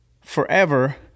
forever